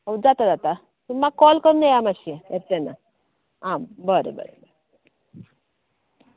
होय जाता जाता तुमी म्हाका काॅल करून येया मात्शीं येत तेन्ना आं बरें बरें